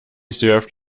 served